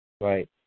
Right